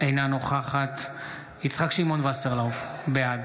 אינה נוכחת יצחק שמעון וסרלאוף, בעד